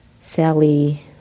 Sally